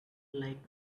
like